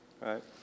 right